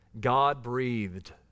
God-breathed